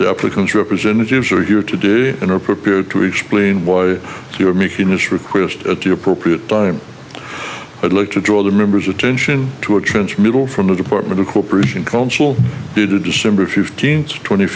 the applicant's representatives are here to do and are prepared to explain why you are making this request at the appropriate time i'd like to draw the members attention to a trench middle from the department of corporation cultural to december fifteenth twenty